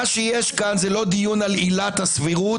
מה שיש כאן זה לא דיון על עילת הסבירות,